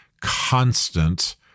constant